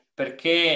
perché